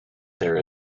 there